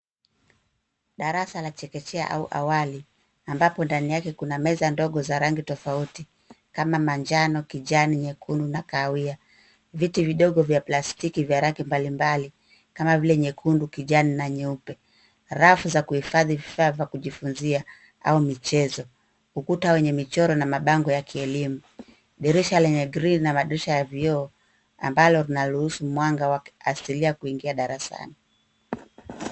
Darasa la chekechea au awali. Ambapo ndani yake kuna meza ndogo za rangi tofauti. Kama manjano, kijani, nyekundu na kaawia. Viti vidogo vya plastiki vya raki mbalimbali kama vile nyekundu, kijani na nyeupe. Rafu za kuhifadhi vifaa va kujifunzia, au michezo. Ukuta wenye michoro na mabango ya kielimu. Dirisha lenye grill na madirisha ya vioo ambalo vinaruhusu mwanga wa kiasilia kuingia darasani.